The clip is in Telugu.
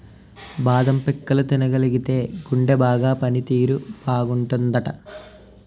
బాదం పిక్కలు తినగలిగితేయ్ గుండె బాగా పని తీరు బాగుంటాదట